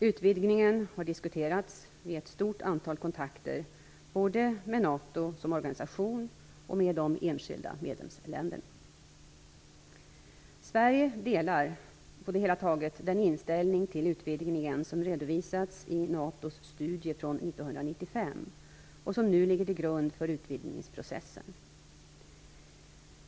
Utvidgningen har diskuterats vid ett stort antal kontakter både med NATO som organisation och med de enskilda medlemsländerna. Sverige delar på det hela taget den inställning till utvidgningen som redovisats i NATO:s studie från 1995 och som nu ligger till grund för utvidgningsprocessen.